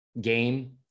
game